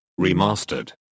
Remastered